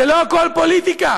לא הכול פוליטיקה